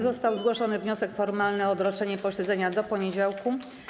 Został zgłoszony wniosek formalny o odroczenie posiedzenia do poniedziałku.